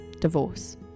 Divorce